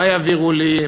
מה יעבירו לי,